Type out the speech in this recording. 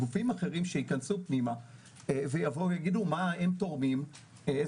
גופים נוספים שייכנסו פנימה יגידו איזה